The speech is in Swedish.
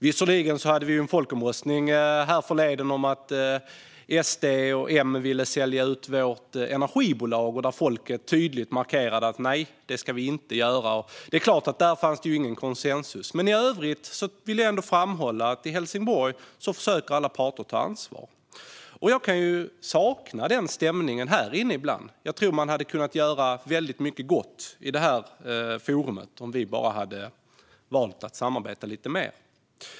Visserligen hade vi en folkomröstning härförleden om att SD och M ville sälja ut vårt energibolag, men folket markerade med ett tydligt nej att vi inte ska göra det. Där rådde det inte konsensus, men i övrigt vill jag ändå framhålla att i Helsingborg försöker alla parter ta ansvar. Jag kan sakna den stämningen här inne ibland. Jag tror att vi kunde göra väldigt mycket gott i detta forum om vi bara valde att samarbeta lite mer.